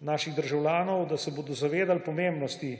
naših državljanov, da se bodo zavedali pomembnosti